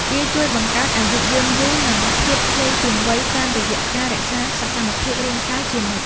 វាជួយបង្កើនអាយុយឺនយូរ និងភាពក្មេងជាងវ័យតាមរយៈការរក្សាសកម្មភាពរាងកាយជានិច្ច។